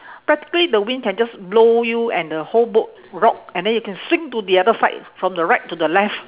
practically the wind can just blow you and the whole boat rock and then you can swing to the other side from the right to the left